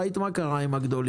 אבל ראית מה קרה עם הגדולים